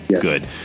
good